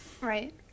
Right